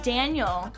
Daniel